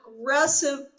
aggressive